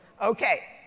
Okay